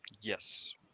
Yes